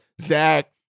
Zach